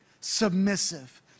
submissive